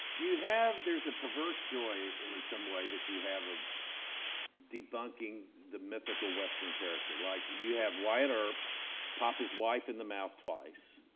you have, there's a perverse joy in some way that you have of debunking the mythical western character. like you have wyatt earp pop his wife in the mouth twice,